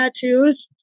tattoos